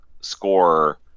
score